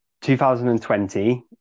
2020